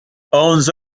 owns